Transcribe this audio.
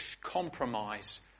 compromise